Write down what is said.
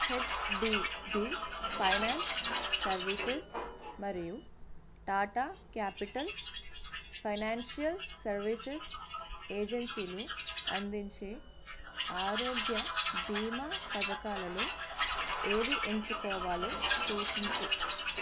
HDB finance services మరియు Tata capital financial services ఏజన్సీలు అందించే ఆరోగ్య భీమా పథకాలలో ఏది ఎంచుకోవాలో సూచించు